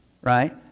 right